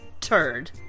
turd